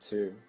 Two